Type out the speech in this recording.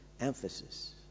emphasis